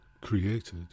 created